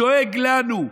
הוא דואג לנו,